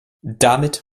damit